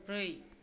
ब्रै